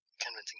Convincing